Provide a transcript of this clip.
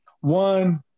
One